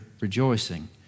rejoicing